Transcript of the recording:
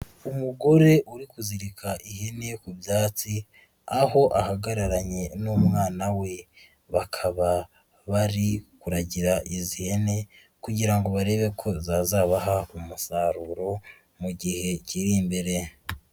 Umugore uri kuzirika ihene ku byatsi, aho ahagararanye n'umwana we, bakaba bari kuragira izi hene kugira ngo barebe ko zazabaha umusaruro, mu gihe kiri imbere.